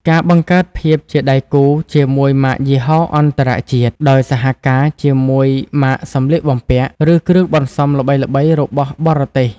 ការបង្កើតភាពជាដៃគូជាមួយម៉ាកយីហោអន្តរជាតិ ដោយការសហការជាមួយម៉ាកសម្លៀកបំពាក់ ឬគ្រឿងបន្សំល្បីៗរបស់បរទេស។